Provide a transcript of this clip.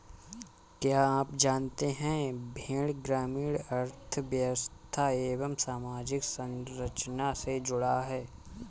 क्या आप जानते है भेड़ ग्रामीण अर्थव्यस्था एवं सामाजिक संरचना से जुड़ा है?